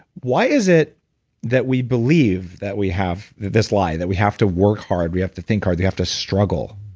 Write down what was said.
why is it that we believe that we have this lie? that we have to work hard, we have to think hard, we have to struggle?